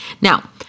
Now